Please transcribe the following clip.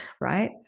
Right